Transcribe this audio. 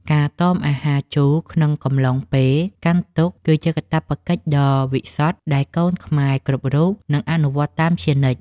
ការតមអាហារជូរក្នុងអំឡុងពេលកាន់ទុក្ខគឺជាកាតព្វកិច្ចដ៏វិសុទ្ធដែលកូនខ្មែរគ្រប់រូបត្រូវតែយល់ដឹងនិងអនុវត្តតាមជានិច្ច។